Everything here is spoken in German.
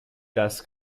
das